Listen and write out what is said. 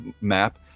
map